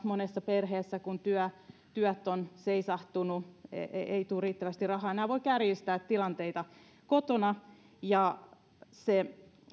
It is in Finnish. monessa perheessä kun työt ovat seisahtuneet eikä tule riittävästi rahaa nämä voivat kärjistää tilanteita kotona ja se